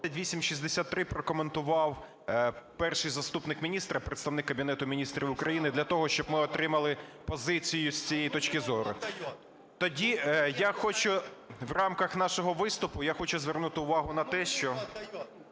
2863 прокоментував перший заступник міністра, представник Кабінету Міністрів України для того, щоб ми отримали позицію з цієї точки зору. Тоді я хочу... В рамках нашого виступу я хочу звернути увагу на те, що...